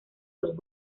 los